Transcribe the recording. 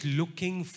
looking